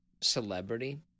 celebrity